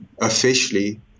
officially